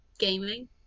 gaming